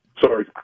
Sorry